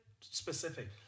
specific